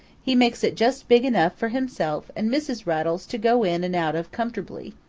he makes it just big enough for himself and mrs. rattles to go in and out of comfortably,